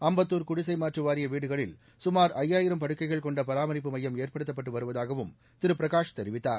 அம்பத்துர் குடிசை மாற்று வாரிய வீடுகளில் கமார் ஐயாயிரமஇ படுக்கைகள் கொண்ட பராமரிப்பு மையம் ஏற்படுத்தப்பட்டு வருவதாகவும் திரு பிரகாஷ் தெரிவித்தார்